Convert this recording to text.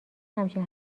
همچین